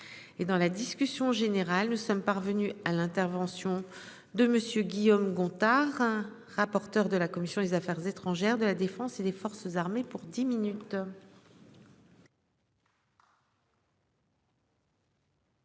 dans la discussion générale. Nous sommes parvenus à l'intervention de Monsieur Guillaume Gontard, un rapporteur de la commission des affaires étrangères de la Défense et des forces armées pour 10 minutes.